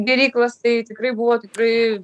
gėryklas tai tikrai buvo tikrai